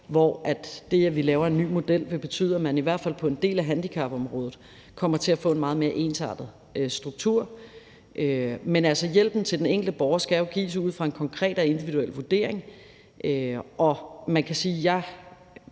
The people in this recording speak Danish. hvor det, at vi laver en ny model, vil betyde, at man i hvert fald på en del af handicapområdet kommer til at få en meget mere ensartet struktur. Men hjælpen til den enkelte borger skal jo gives ud fra en konkret og individuel vurdering. Og man kan sige,